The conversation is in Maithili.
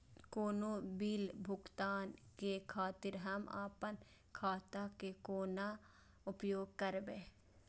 कोनो बील भुगतान के खातिर हम आपन खाता के कोना उपयोग करबै?